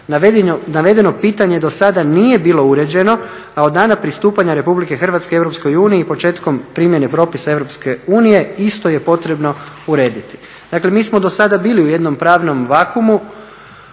Navedeno pitanje do sada nije bilo uređeno a od dana pristupanja Republike Hrvatske Europskoj uniji i početkom primjene propisa Europske unije isto je potrebno urediti. Dakle mi smo do sada bili u jednom pravnom vakuum,